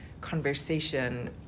conversation